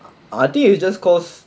I think it's just because